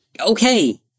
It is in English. Okay